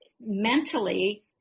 mentally